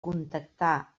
contactar